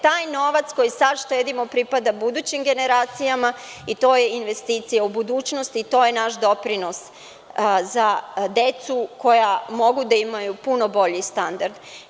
Taj novac, koji sada štedimo, pripada budućim generacijama i to je investicija u budućnost i to je investicija u budućnost i to je naš doprinos za decu koja mogu da imaju puno bolji standard.